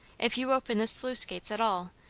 if you open the sluice-gates at all,